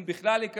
אם בכלל ייכנסו: